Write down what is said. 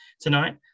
Tonight